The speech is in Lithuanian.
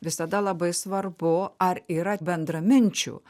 visada labai svarbu ar yra bendraminčių